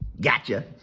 Gotcha